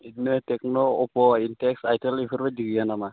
इदिनो टेकन' अफ' इनटेक्स आइटेल एफोरबायदि गैया नामा